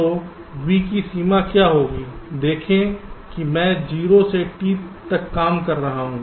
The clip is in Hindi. तो V की सीमा क्या होगी देखें कि मैं 0 से T तक काम कर रहा हूं